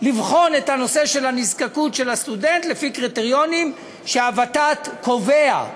לבחון את הנושא של הנזקקות של הסטודנט לפי קריטריונים שהוות"ת קובעת.